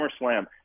SummerSlam